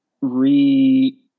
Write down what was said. re